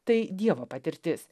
tai dievo patirtis